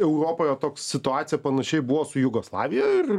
europoje toks situacija panašiai buvo su jugoslavija ir